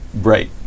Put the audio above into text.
Right